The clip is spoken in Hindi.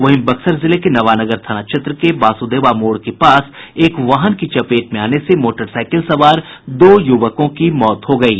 वहीं बक्सर जिले के नवानगर थाना क्षेत्र के बासदेवा मोड़ के पास एक वाहन की चपेट में आने से मोटरसाइकिल सवार दो युवकों की मौत हो गयी